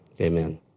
Amen